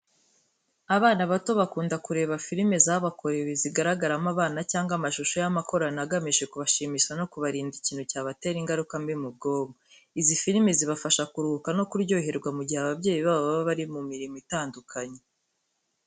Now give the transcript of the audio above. Abana bato bakunda kureba firime zabakorewe, zigaragaramo abana cyangwa amashusho y’amakorano agamije kubashimisha no kubarinda ikintu cyabatera ingaruka mbi mu bwonko. Izi filime zibafasha kuruhuka no kuryoherwa mu gihe ababyeyi babo baba bari mu mirimo itandukanye.